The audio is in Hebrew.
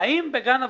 האם ב"גן הוורדים"